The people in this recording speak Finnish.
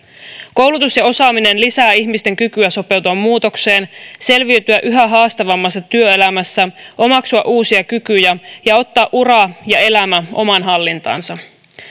koulutus ja osaaminen lisää ihmisten kykyä sopeutua muutokseen selviytyä yhä haastavammassa työelämässä omaksua uusia kykyjä ja ja ottaa ura ja elämä omaan hallintaansa